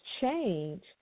change